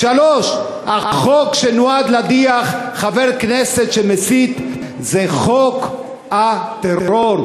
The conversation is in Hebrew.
3. החוק שנועד להדיח חבר כנסת שמסית זה חוק הטרור,